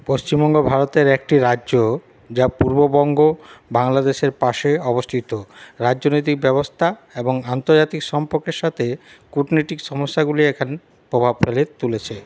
পশ্চিমবঙ্গ ভারতের একটি রাজ্য যা পূর্ববঙ্গ বাংলাদেশের পাশে অবস্থিত রাজনৈতিক ব্যবস্থা এবং আন্তর্জাতিক সম্পর্কের সাথে কূটনৈতিক সমস্যাগুলি এখন প্রভাব ফেলে তুলেছে